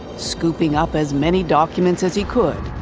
scooping up as many documents as he could,